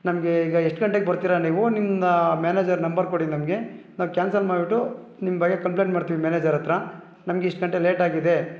ನಮಗೆ ಈಗ ಎಷ್ಟು ಗಂಟೆಗೆ ಬರ್ತೀರಾ ನೀವು ನಿಮ್ಮ ಮ್ಯಾನೇಜರ್ ನಂಬರ್ ಕೊಡಿ ನಮಗೆ ನಾವು ಕ್ಯಾನ್ಸಲ್ ಮಾಡಿಬಿಟ್ಟು ನಿಮ್ಮ ಬಗ್ಗೆ ಕಂಪ್ಲೇಂಟ್ ಮಾಡ್ತೀವಿ ಮ್ಯಾನೇಜರ್ ಹತ್ರ ನಮಗೆ ಇಷ್ಟು ಗಂಟೆ ಲೇಟಾಗಿದೆ